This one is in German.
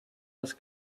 das